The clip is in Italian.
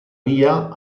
via